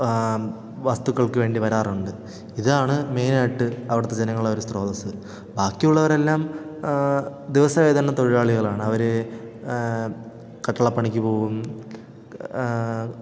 വസ്തുക്കൾക്ക് വേണ്ടി വരാറുണ്ട് ഇതാണ് മെയിനായിട്ട് അവിടുത്തെ ജനങ്ങളുടെ ഒരു സ്രോതസ്സ് ബാക്കി ഉള്ളവരെല്ലാം ദിവസ വേദന തൊഴിലാളികളാണ് അവർ കട്ടിള പണിക്ക് പോവും